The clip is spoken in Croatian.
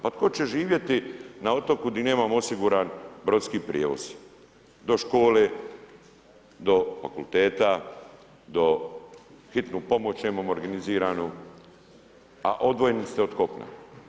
Pa tko će živjeti na otoku gdje nemamo osiguran brodski prijevoz do škole, do fakulteta, hitnu pomoć nemamo organiziranu, a odvojeni ste od kopna.